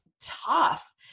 tough